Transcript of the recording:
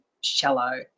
shallow